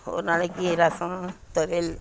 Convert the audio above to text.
ஒரு நாளைக்கு ரசம் துவையல்